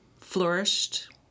flourished